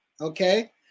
okay